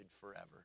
forever